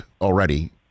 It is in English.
already